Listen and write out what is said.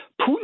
Putin